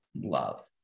love